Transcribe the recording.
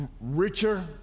Richer